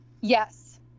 Yes